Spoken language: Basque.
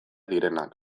direnak